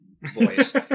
voice